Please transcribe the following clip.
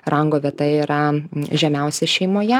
rango vieta yra žemiausia šeimoje